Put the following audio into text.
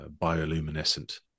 bioluminescent